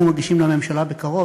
אנחנו מגישים לממשלה בקרוב,